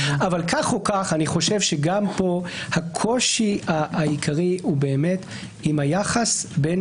כך או כך אני חושב שגם פה הקושי העיקרי הוא באמת עם היחס בין